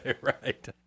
Right